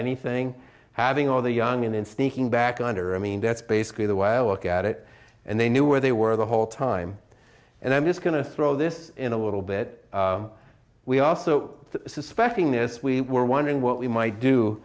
anything having all the young and in seeking back under i mean that's basically the way i look at it and they knew where they were the whole time and i'm just going to throw this in a little bit we also suspecting this we were wondering what we might do